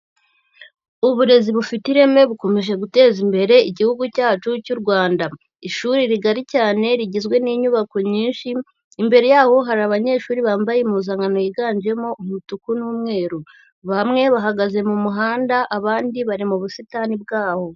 Uburezi bufite ireme bukomeje guteza imbere igihugu cyacu cy'u Rwanda. Ishuri rigari cyane rigizwe n'inyubako nyinshi, imbere yaho hari abanyeshuri bambaye impuzankano yiganjemo umutuku n'umweru, bamwe bahagaze mu muhanda abandi bari mu busitani bwaho.